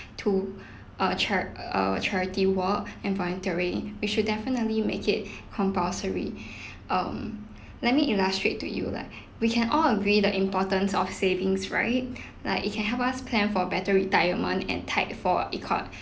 to a chari~ uh charity work and voluntary we should definitely make it compulsory um let me illustrate to you lah we can all agree the importance of savings right like it can help us plan for better retirement and tide for economic